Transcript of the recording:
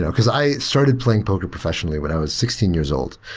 and because i started playing poker professionally when i was sixteen years old.